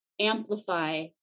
amplify